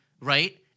right